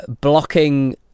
blocking